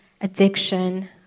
addiction